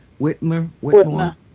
Whitmer